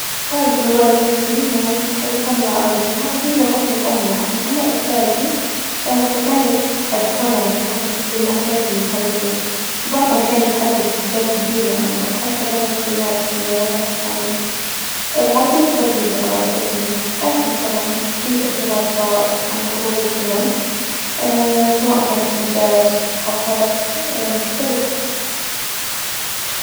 والدي ووالدتي يعني بيتحدثون العربية ،وهي لغتنا الأم يعني، أما أجدادي فكانوا يتحدثون يعني بلغ -باللهجات المحلية ،وبعضهم كان يتحدث لهجات جديمة يعني ،أو حتى بعض الكلمات من اللغات الثانية العربية تظل هي اللغة الرئيسية ،لكن طبعا في تأثيرات صارات مع مرور الزمن إي سواء كانت في اللهجات أو الثقافات مختلفة.